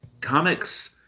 comics